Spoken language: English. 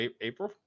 April